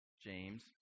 James